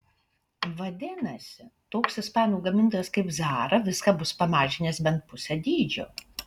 vadinasi toks ispanų gamintojas kaip zara viską bus pamažinęs bent pusę dydžio